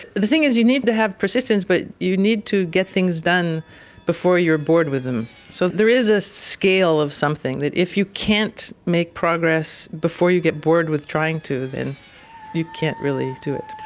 the thing is you need to have persistence but you need to get things done before you are bored with them. so there is a scale of something, that if you can't make progress before you get bored with trying to, then you can't really do it.